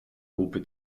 koupi